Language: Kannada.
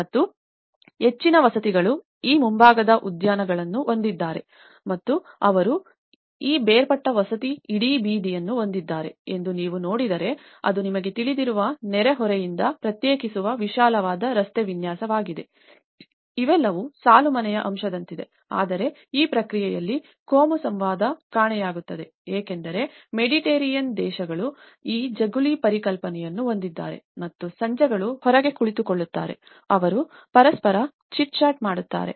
ಮತ್ತು ಹೆಚ್ಚಿನ ವಸತಿಗಳು ಈ ಮುಂಭಾಗದ ಉದ್ಯಾನಗಳನ್ನು ಹೊಂದಿದ್ದಾರೆ ಮತ್ತು ಅವರು ಈ ಬೇರ್ಪಟ್ಟ ವಸತಿ ಇಡೀ ಬೀದಿಯನ್ನು ಹೊಂದಿದ್ದಾರೆ ಎಂದು ನೀವು ನೋಡಿದರೆ ಅದು ನಿಮಗೆ ತಿಳಿದಿರುವ ನೆರೆಹೊರೆಯಿಂದ ಪ್ರತ್ಯೇಕಿಸುವ ವಿಶಾಲವಾದ ರಸ್ತೆ ವಿನ್ಯಾಸವಾಗಿದೆ ಅವೆಲ್ಲವೂ ಸಾಲು ಮನೆಯ ಅಂಶದಂತಿದೆ ಆದರೆ ಈ ಪ್ರಕ್ರಿಯೆಯಲ್ಲಿ ಕೋಮು ಸಂವಾದವು ಕಾಣೆಯಾಗುತ್ತದೆ ಏಕೆಂದರೆ ಮೆಡಿಟರೇನಿಯನ್ ದೇಶಗಳು ಈ ಜಗುಲಿ ಪರಿಕಲ್ಪನೆಗಳನ್ನು ಹೊಂದಿದ್ದಾರೆ ಮತ್ತು ಸಂಜೆಗಳು ಹೊರಗೆ ಕುಳಿತುಕೊಳ್ಳುತ್ತಾರೆ ಅವರು ಪರಸ್ಪರ ಚಿಟ್ ಚಾಟ್ ಮಾಡುತ್ತಾರೆ